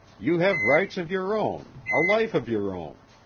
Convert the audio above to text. you have rights of your own, a life of your own.